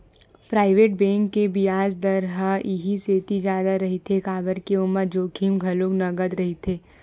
private bank के बियाज दर ह इहि सेती जादा रहिथे काबर के ओमा जोखिम घलो नँगत रहिथे